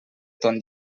ton